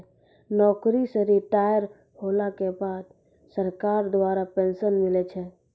नौकरी से रिटायर होला के बाद सरकार द्वारा पेंशन मिलै छै